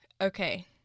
Okay